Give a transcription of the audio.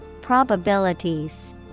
Probabilities